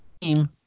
Team